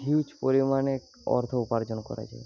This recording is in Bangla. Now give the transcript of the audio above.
হিউজ পরিমানে অর্থ উপার্জন করা যায়